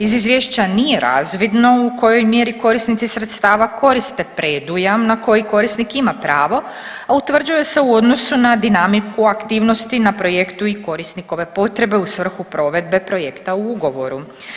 Iz izvješća nije razvidno u kojoj mjeri korisnici sredstava koriste predujam na koji korisnik ima pravo, a utvrđuje se u odnosu na dinamiku aktivnosti, na projektu i korisnikove potrebe u svrhu provedbe projekta u ugovoru.